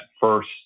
first